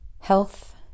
Health